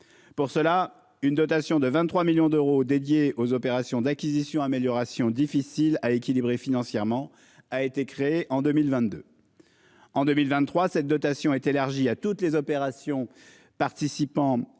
Pour cela une dotation de 23 millions d'euros dédiée aux opérations d'acquisition amélioration difficile à équilibrer financièrement a été créé en 2022. En 2023, cette dotation est élargie à toutes les opérations participant à